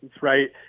right